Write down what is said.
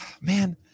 man